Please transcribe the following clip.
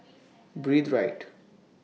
Breathe Right